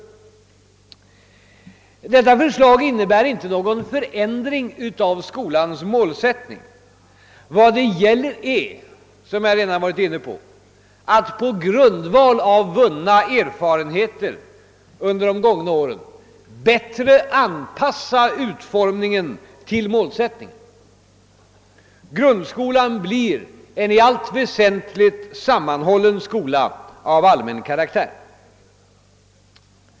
Detta förslag innebär inte någon förändring av skolans målsättning. Det gäller att på grundval av vunna erfarenheter under de gångna åren bättre anpassa utformningen och målsättningen, och detta har jag redan varit inne på. Grundskolan blir en i allt väsentligt sammanhållen skola av allmän karaktär.